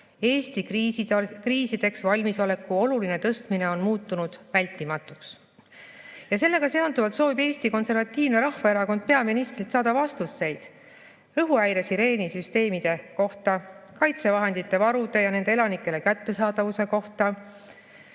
Eesti kriisideks valmisoleku oluline tõstmine on muutunud vältimatuks. Sellega seonduvalt soovib Eesti Konservatiivne Rahvaerakond peaministrilt saada vastust õhuhäiresireeni süsteemide kohta, kaitsevahendite varude ja nende elanikele kättesaadavuse kohta,